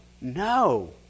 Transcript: No